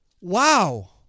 Wow